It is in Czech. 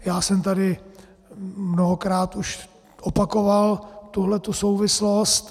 Já jsem tady mnohokrát už opakoval tuhletu souvislost.